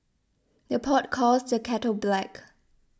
the pot calls the kettle black